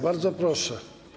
Bardzo proszę.